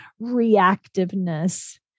reactiveness